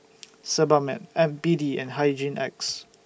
Sebamed B D and Hygin X